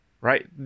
right